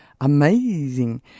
Amazing